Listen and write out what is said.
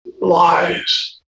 lies